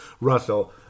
Russell